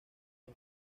los